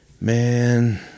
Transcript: Man